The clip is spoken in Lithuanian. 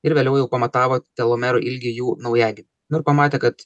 ir vėliau jau pamatavo telomerų ilgį jų naujagim nu ir pamatė kad